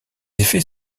effets